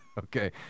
Okay